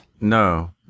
no